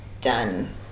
done